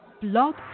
Blog